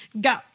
go